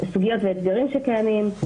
סוגיות ואתגרים שקיימים.